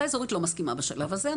מסכימה בשלב הזה.